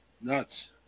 nuts